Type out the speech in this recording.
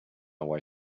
away